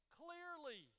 clearly